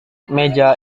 meja